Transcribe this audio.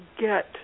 get